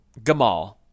Gamal